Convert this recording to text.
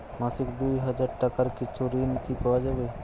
মাসিক দুই হাজার টাকার কিছু ঋণ কি পাওয়া যাবে?